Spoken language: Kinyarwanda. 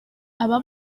aba